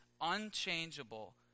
unchangeable